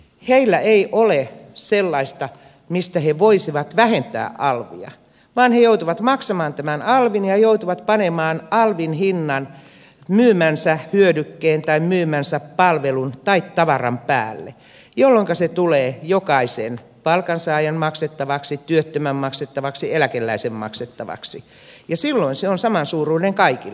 heillä ei ole sellaista mistä he voisivat vähentää alvia vaan he joutuvat maksamaan tämän alvin ja he joutuvat panemaan alvin hinnan myymänsä hyödykkeen tai myymänsä palvelun tai tavaran päälle jolloinka se tulee jokaisen palkansaajan maksettavaksi työttömän maksettavaksi eläkeläisen maksettavaksi ja silloin se on samansuuruinen kaikille